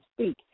speak